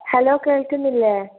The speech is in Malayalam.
ഹലോ കേൾക്കുന്നില്ലേ